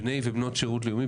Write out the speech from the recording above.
יש X בני ובנות שירות לאומי,